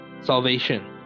Salvation